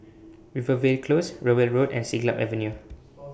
Rivervale Close Rowell Road and Siglap Avenue